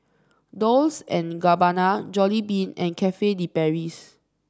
Dolce and Gabbana Jollibean and Cafe De Paris